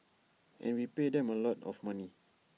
and we pay them A lot of money